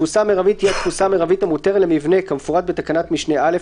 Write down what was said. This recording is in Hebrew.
התפוסה המרבית תהיה התפוסה המרבית המותרת למבנה כמפורט בתקנת משנה (א),